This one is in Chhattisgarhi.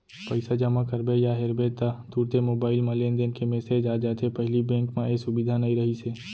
पइसा जमा करबे या हेरबे ता तुरते मोबईल म लेनदेन के मेसेज आ जाथे पहिली बेंक म ए सुबिधा नई रहिस हे